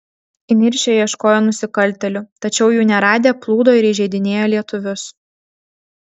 įniršę ieškojo nusikaltėlių tačiau jų neradę plūdo ir įžeidinėjo lietuvius